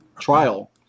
trial